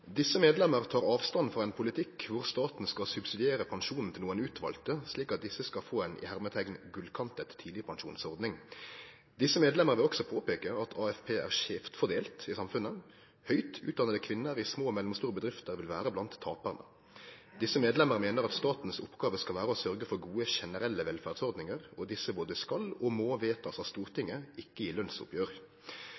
medlemmer tar avstand fra en politikk hvor staten skal subsidiere pensjonen til noen utvalgte, slik at disse skal få en «gullkantet» tidligpensjonsordning. Disse medlemmer mener at statens oppgave skal være å sørge for gode, generelle velferdsordninger, og disse både skal og må vedtas av Stortinget, ikke i lønnsoppgjør.» Og vidare: «Disse medlemmer vil også påpeke at AFP er skjevt fordelt i samfunnet. Høyt utdannede kvinner i små og mellomstore bedrifter vil være blant taperne.»